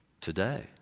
Today